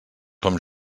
com